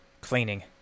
cleaning